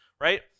right